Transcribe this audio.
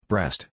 Breast